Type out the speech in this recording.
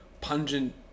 pungent